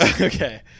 Okay